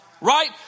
right